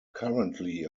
currently